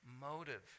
motive